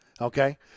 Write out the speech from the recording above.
okay